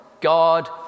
God